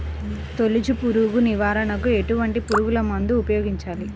తొలుచు పురుగు నివారణకు ఎటువంటి పురుగుమందులు ఉపయోగించాలి?